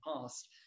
past